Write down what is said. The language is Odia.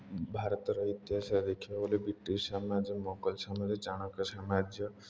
ଭାରତର ଇତିହାସରେ ଦେଖିବାକୁ ଗଲେ ବ୍ରିଟିଶ୍ ସାମ୍ରାଜ୍ୟ ମୋଗଲ୍ ସାମ୍ରାଜ୍ୟ ଚାଣକ୍ୟ ସାମ୍ରାଜ୍ୟ